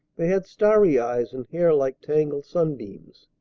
they had starry eyes and hair like tangled sunbeams.